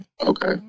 okay